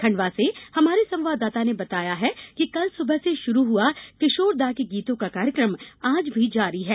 खंडवा से हमारे संवाददाता ने बताया है कि कल सुबह से शुरू हआ किशोर दा के गीतों का कार्यक्रम आज भी जारी है